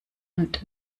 und